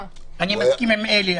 אני מסכים עם אלי,